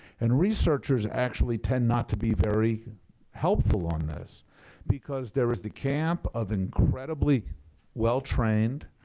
and researchers actually tend not to be very helpful on this because there is the camp of incredibly well trained,